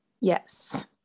Yes